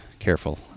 Careful